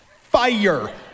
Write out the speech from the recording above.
fire